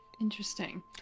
Interesting